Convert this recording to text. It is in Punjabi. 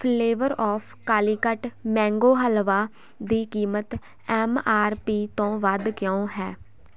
flavour of Calicut mango halwa ਦੀ ਕੀਮਤ ਐੱਮ ਆਰ ਪੀ ਤੋਂ ਵੱਧ ਕਿਉਂ ਹੈ